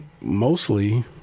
Mostly